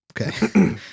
Okay